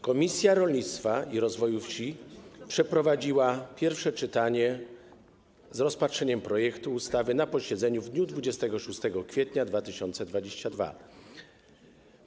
Komisja Rolnictwa i Rozwoju Wsi przeprowadziła pierwsze czytanie z rozpatrzeniem projektu ustawy na posiedzeniu w dniu 26 kwietnia 2022 r.